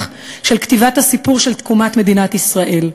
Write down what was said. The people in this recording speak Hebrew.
של כתיבת הסיפור של תקומת מדינת ישראל.